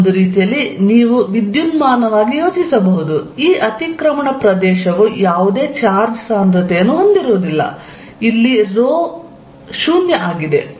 ಒಂದು ರೀತಿಯಲ್ಲಿ ನೀವು ವಿದ್ಯುನ್ಮಾನವಾಗಿ ಯೋಚಿಸಬಹುದು ಈ ಅತಿಕ್ರಮಣ ಪ್ರದೇಶವು ಯಾವುದೇ ಚಾರ್ಜ್ ಸಾಂದ್ರತೆಯನ್ನು ಹೊಂದಿರುವುದಿಲ್ಲ ಇಲ್ಲಿ ರೋ 0 ಆಗಿದೆ